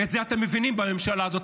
ואת זה אתם מבינים בממשלה הזאת,